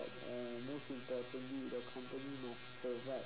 and most importantly the company must provide